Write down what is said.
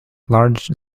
large